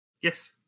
Yes